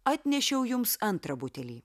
atnešiau jums antrą butelį